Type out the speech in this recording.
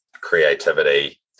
creativity